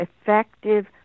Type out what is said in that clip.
effective